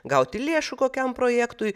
gauti lėšų kokiam projektui